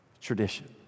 Tradition